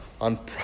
on